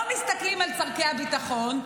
לא מסתכלים על צורכי הביטחון,